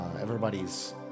Everybody's